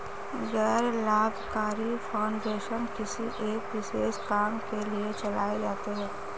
गैर लाभकारी फाउंडेशन किसी एक विशेष काम के लिए चलाए जाते हैं